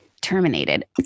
terminated